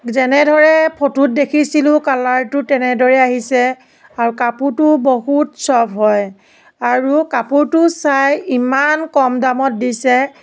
যেনেদৰে ফটোত দেখিছিলোঁ কালাৰটো তেনেদৰেই আহিছে আৰু কাপোৰটো বহুত ছফ হয় আৰু কাপোৰটো চাই ইমান কম দামত দিছে